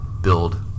build